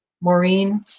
Maureen